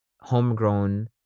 homegrown